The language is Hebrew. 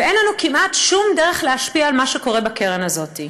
ואין לנו כמעט שום דרך להשפיע על מה שקורה בקרן הזאת.